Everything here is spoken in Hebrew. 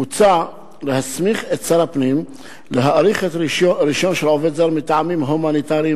מוצע להסמיך את שר הפנים להאריך רשיון של עובד זר מטעמים הומניטריים